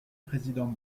président